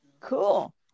cool